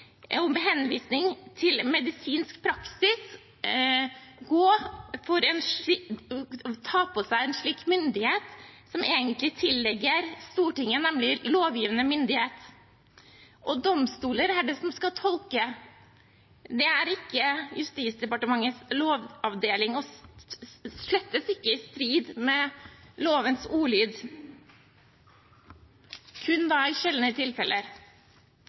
henvisning til medisinsk praksis – ta på seg en slik myndighet, som egentlig tilligger Stortinget, nemlig lovgivende myndighet? Det er domstoler som skal tolke, det er ikke Justisdepartementets lovavdeling, og slett ikke i strid med lovens ordlyd – kun da i sjeldne tilfeller.